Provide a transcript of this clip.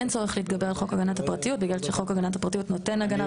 אין צורך להתגבר על חוק הגנת הפרטיות בגלל שחוק הגנת הפרטיות נותן הגנה.